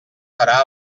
farà